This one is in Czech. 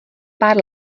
pár